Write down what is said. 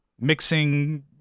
mixing